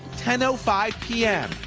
ten ah five p m,